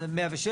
106,